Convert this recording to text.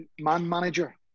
man-manager